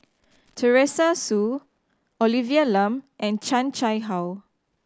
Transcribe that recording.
Teresa Hsu Olivia Lum and Chan Chang How